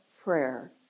prayer